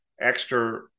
extra